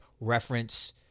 reference